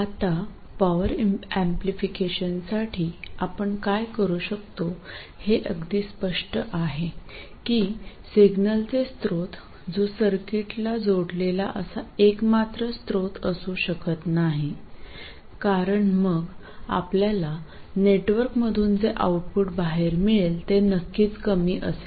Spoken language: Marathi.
आता पॉवर एम्पलीफिकेशनसाठी आपण काय करू शकतो हे अगदी स्पष्ट आहे की सिग्नलचे स्रोत जो सर्किटला जोडलेला असा एकमात्र स्त्रोत असू शकत नाही कारण मग आपल्याला नेटवर्कमधून जे आउटपुट बाहेर मिळेल ते नक्कीच कमी असेल